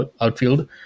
outfield